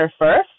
first